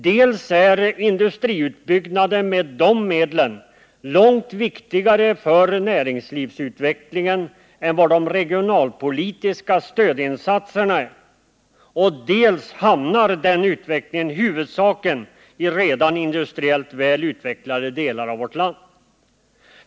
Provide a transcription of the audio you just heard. Dels är industriutbyggnaden med dessa medel långt viktigare för näringslivsutvecklingen än vad de regionalpolitiska stödinsatserna är, dels hamnar den utvecklingen huvudsakligen i redan industriellt väl utvecklade delar av vårt land.